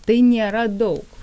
tai nėra daug